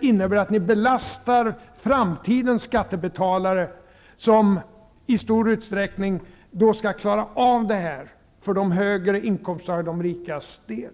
Det innebär att ni belastar framtidens skattebetalare, som då skall klara av det här för de rikas del.